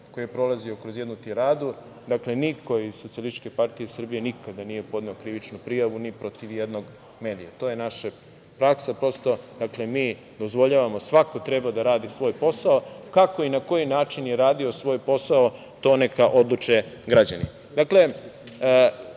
koji je prolazio kroz jednu tiradu, dakle, niko iz SPS nikada nije podneo krivičnu prijavu ni protiv jednog medija. To je naša praksa. Dakle, mi dozvoljavamo, svako treba da radi svoj posao. Kako i na koji način je radio svoj posao, to neka odluče građani. Nije